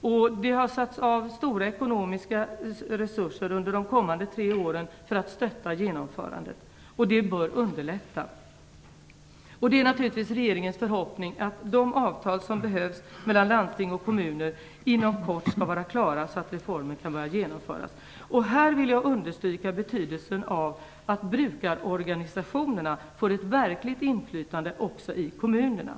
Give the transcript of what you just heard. Det har satts av stora ekonomiska resurser för de kommande tre åren för att stötta genomförandet. Detta bör underlätta. Det är naturligtvis regeringens förhoppning att de avtal som behövs mellan landsting och kommuner inom kort skall vara klara, så att reformen kan börja genomföras. Här vill jag understryka betydelsen av att brukarorganisationerna får ett verkligt inflytande också i kommunerna.